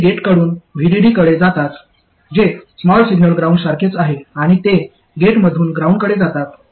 ते गेटकडून VDD कडे जातात जे स्मॉल सिग्नल ग्राउंडसारखेच आहे आणि ते गेटकडून ग्राउंडकडे जातात